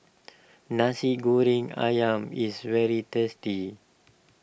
Nasi Goreng Ayam is very tasty